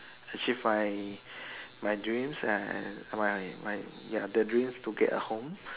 achieve my my dreams and my my ya the dreams to get a home